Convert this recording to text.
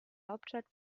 hauptstadt